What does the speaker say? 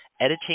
editing